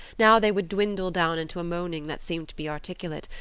now they would dwindle down into a moaning that seemed to be articulate,